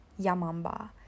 yamamba